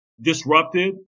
disrupted